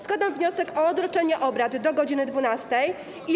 Składam wniosek o odroczenie obrad do godz. 12.